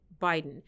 Biden